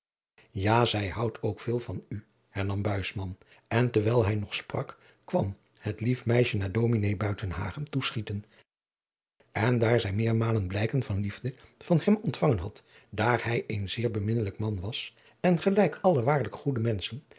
ja zij houdt ook veel van u hernam buisman en terwijl hij nog sprak kwam het lief meisje naar ds buitenhagen toeschieten en daar zij meermalen blijken van liefde van hem ontvangen had daar hij een zeer beminnelijk man was en gelijk alle waarlijk goede menschen